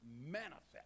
manifest